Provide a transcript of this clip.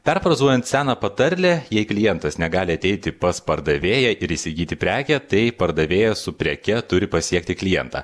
perfrazuojant seną patarlę jei klientas negali ateiti pas pardavėją ir įsigyti prekę tai pardavėjas su preke turi pasiekti klientą